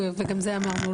וגם זה אמרנו,